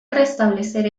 restablecer